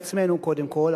לעצמנו קודם כול,